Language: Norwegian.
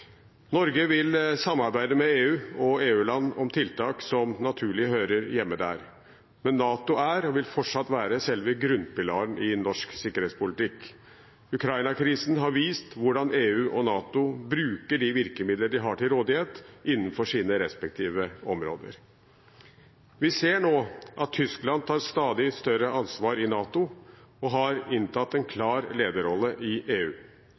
Norge vil samarbeide med EU og EU-land om tiltak som naturlig hører hjemme der. Men NATO er og vil fortsatt være selve grunnpilaren i norsk sikkerhetspolitikk. Ukraina-krisen har vist hvordan EU og NATO bruker de virkemidler de har til rådighet innenfor sine respektive områder. Vi ser nå at Tyskland tar stadig større ansvar i NATO og har inntatt en klar lederrolle i EU.